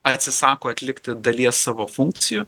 atsisako atlikti dalies savo funkcijų